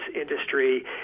industry